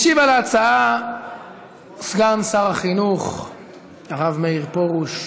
משיב על ההצעה סגן שר החינוך הרב מאיר פרוש.